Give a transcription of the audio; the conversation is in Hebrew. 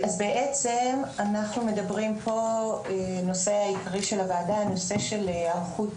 כשאנחנו עוסקים בנושא היום,